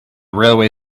railway